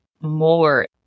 more